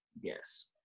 Yes